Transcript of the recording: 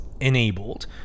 enabled